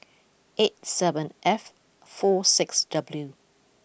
eight seven F four six W